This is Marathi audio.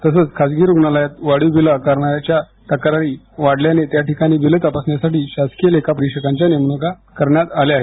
तसंच खाजगी रुग्णालयात वाढीव बिलं आकारण्याच्या तक्रारी वाढल्याने त्या ठिकाणी बिलं तपासण्यासाठी शासकीय लेखा परिक्षकांच्या नेमणूका करण्यात आल्या आहेत